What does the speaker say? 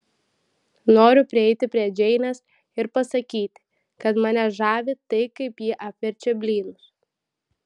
noriu prieiti prie džeinės ir pasakyti kad mane žavi tai kaip ji apverčia blynus